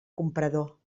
comprador